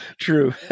true